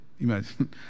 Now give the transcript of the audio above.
Imagine